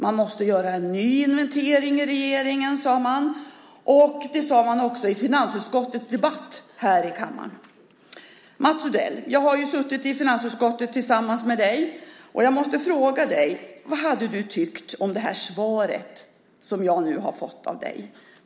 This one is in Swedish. Man måste göra en ny inventering i regeringen, sade man. Det sade man också i finansutskottets debatt här i kammaren. Mats Odell, jag har ju suttit i finansutskottet tillsammans med dig, och jag måste fråga dig: Vad hade du tyckt om det svar som jag nu har fått av dig?